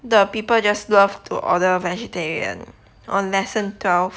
the people just love to order vegetarian on lesson twelve